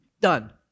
done